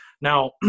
Now